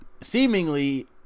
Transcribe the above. seemingly